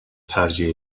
tercih